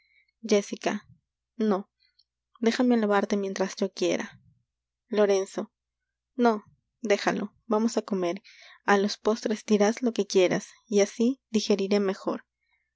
comer jéssica no déjame alabarte mientras yo quiera lorenzo no déjalo vamos á comer á los postres dirás lo que quieras y así digeriré mejor